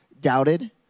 doubted